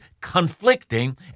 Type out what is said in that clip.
conflicting